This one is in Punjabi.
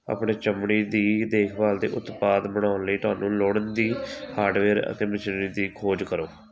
ਆਪਣੇ ਚਮੜੀ ਦੀ ਦੇਖਭਾਲ ਦੇ ਉਤਪਾਦ ਬਣਾਉਣ ਲਈ ਤੁਹਾਨੂੰ ਲੋੜੀਂਦੀ ਹਾਰਡਵੇਅਰ ਅਤੇ ਮਸ਼ੀਨਰੀ ਦੀ ਖੋਜ ਕਰੋ